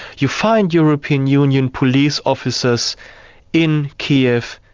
you find european union police officers in kiev,